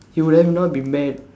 you wouldn't not been mad